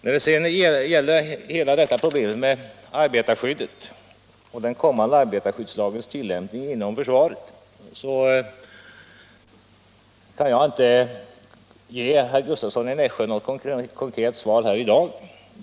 När det sedan gäller den kommande arbetarskyddslagens tillämpning inom försvaret kan jag inte ge herr Gustavsson i Nässjö något konkret svar här i dag.